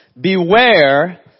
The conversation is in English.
Beware